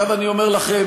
עכשיו אני אומר לכם,